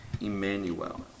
Emmanuel